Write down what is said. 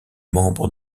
membre